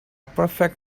perfect